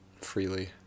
freely